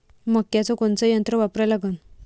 मक्याचं कोनचं यंत्र वापरा लागन?